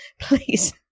please